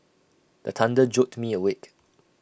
the thunder jolt me awake